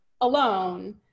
alone